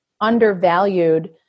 undervalued